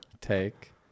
take